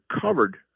covered